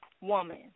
woman